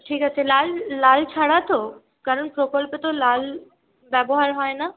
ঠিক আছে লাল লাল ছাড়া তো কারণ প্রকল্পে তো লাল ব্যবহার হয় না